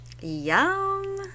Yum